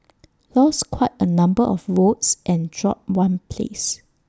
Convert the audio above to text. lost quite A number of votes and dropped one place